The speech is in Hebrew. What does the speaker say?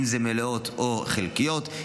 אם מלאות או חלקיות,